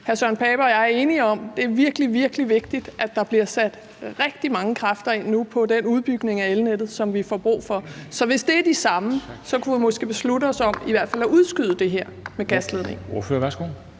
hr. Søren Pape Poulsen og jeg er enige om, at det er virkelig, virkelig vigtigt, at der bliver sat rigtig mange kræfter ind nu på den udbygning af elnettet nu, som vi får brug for. Så hvis det er de samme, kunne vi måske beslutte os for i hvert fald at udskyde det her med gasledningen.